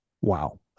Wow